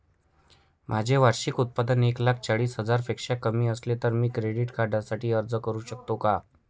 माझे वार्षिक उत्त्पन्न एक लाख चाळीस हजार पेक्षा कमी असेल तर मी क्रेडिट कार्डसाठी अर्ज करु शकतो का?